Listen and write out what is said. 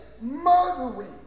murdering